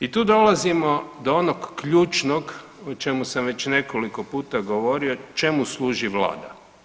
I tu dolazimo do onog ključnog o čemu sam već nekoliko puta govorio čemu služi vlada?